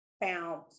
found